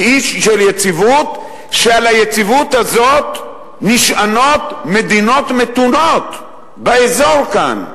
היא אי של יציבות שעליה נשענות מדינות מתונות באזור כאן.